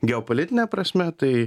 geopolitine prasme tai